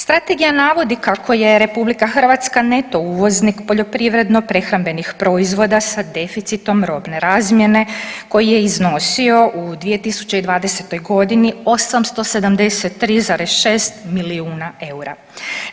Strategija navodi kako je RH neto uvoznik poljoprivredno prehrambenih proizvoda sa deficitom robne razmjene koji je iznosio u 2020. godini 873,6 milijuna EUR-a.